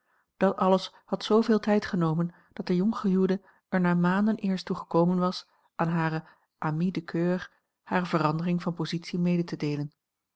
dat alles had zooveel tijd genomen dat de jonggehuwde er na maanden eerst toe gekomen was aan hare amie de coeur hare verandering van positie mede te deelen